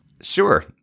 Sure